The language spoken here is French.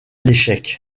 l’échec